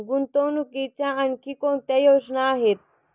गुंतवणुकीच्या आणखी कोणत्या योजना आहेत?